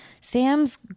Sam's